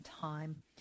time